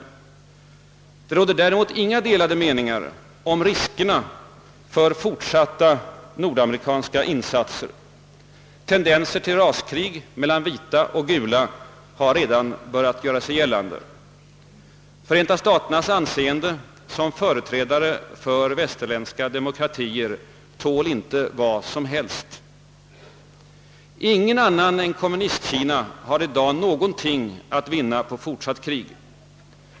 Däremot råder det inga delade meningar om riskerna för fortsatta nordamerikanska insatser. Tendenser till raskrig mellan vita och gula har redan börjat göra sig gällande. Förenta staternas anseende som företrädare för de västerländska demokratierna tål inte vad som helst. Ingen annan än Kommunistkina har i dag någonting att vinna på fortsatt krig.